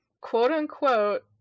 quote-unquote